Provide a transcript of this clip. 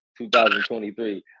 2023